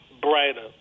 brighter